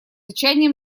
отчаянием